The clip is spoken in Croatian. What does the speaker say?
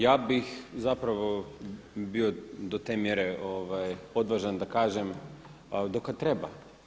Ja bih zapravo bio do te mjere odvažan da kažem do kada treba.